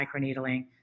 microneedling